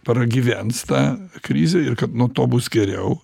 pragyvens tą krizę ir kad nuo to bus geriau